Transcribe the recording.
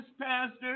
pastor